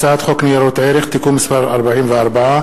הצעת חוק ניירות ערך (תיקון מס' 44),